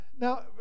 Now